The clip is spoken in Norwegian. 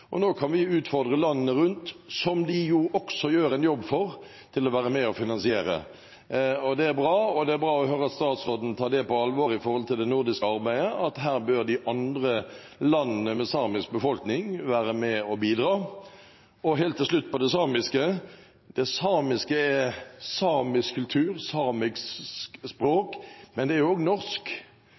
og nå kan vi utfordre landene rundt, som de jo også gjør en jobb for, til å være med og finansiere. Det er bra, og det er bra å høre at statsråden tar det på alvor – i forhold til det nordiske arbeidet – at her bør de andre landene med samisk befolkning være med og bidra. Helt til slutt når det gjelder det samiske: Det samiske er samisk kultur, samisk språk, men det er også norsk.